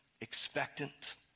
expectant